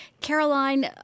Caroline